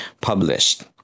published